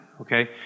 Okay